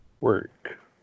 work